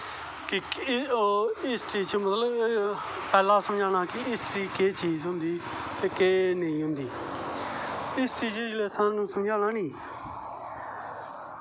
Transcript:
कि हिस्ट्री च मतलव पैह्लैं समझाना कि हिस्ट्री केह् चीज़ होंदी ते केह् नेंईं होंदी ते हिस्ट्री च जिसलै समझाना नी